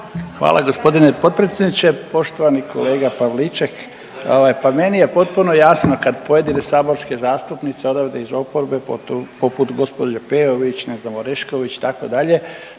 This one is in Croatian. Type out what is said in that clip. Hvala g. potpredsjedniče. Poštovani kolega Pavliček. Pa meni je potpuno jasno kad pojedine saborske zastupnice odavde iz oporbe poput gospođe Peović, ne znam Orešković itd.